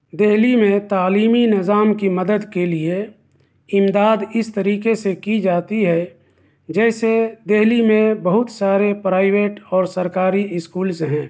دہلی میں تعلیمی نظام کی مدد کے لیے امداد اس طریقے سے کی جاتی ہے جیسے دہلی میں بہت سارے پرائیویٹ اور سرکاری اسکولس ہیں